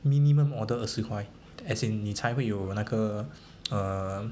minimum order 二十块 as in 你才会有那个 err